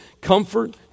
comfort